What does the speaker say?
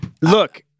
Look